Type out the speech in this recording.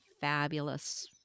fabulous